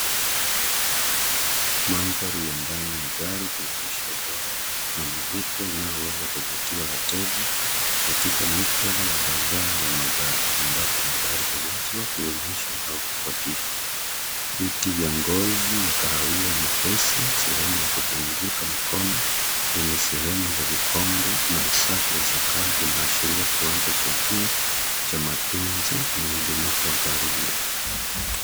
Mandhari ya ndani ya gari kuonyesha ubora na mvuto unaoweza kuvutia wateja katika muktadha wa bazaa ya magari, ambapo magari huuza, kuonyeshwa au kukodishwa. Viti vya ngozi ya kahawia nyepesi, sehemu ya kupumzika mkono yenye sehemu za vikombe na usafi wa sakafu vinaashiria kiwango cha juu cha matunzo na ubunifu wa gari hii.